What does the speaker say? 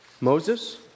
Moses